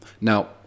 Now